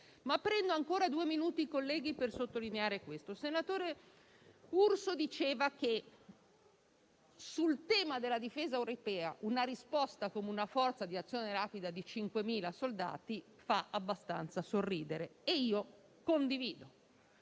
Prendo ancora pochi minuti, colleghi, per sottolineare un aspetto. Il senatore Urso diceva che, sul tema della difesa europea, una risposta con una forza di azione rapida di 5.000 soldati fa abbastanza sorridere e io condivido